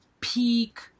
peak